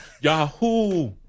Yahoo